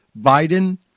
Biden